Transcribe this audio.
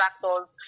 contractors